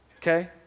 okay